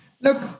Look